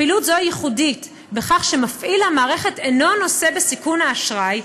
פעילות זו היא ייחודית בכך שמפעיל המערכת אינו נושא בסיכון האשראי,